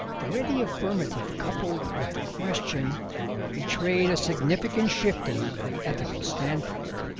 the ready affirmative coupled with the question betrayed a significant shifting of the ethical standpoint.